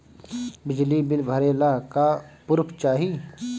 बिजली बिल भरे ला का पुर्फ चाही?